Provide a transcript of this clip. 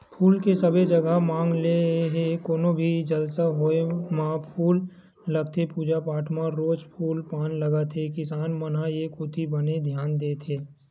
फूल के सबे जघा मांग हे कोनो भी जलसा होय म फूल लगथे पूजा पाठ म रोज फूल पान लगत हे किसान मन ह ए कोती बने धियान देत हे